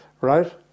right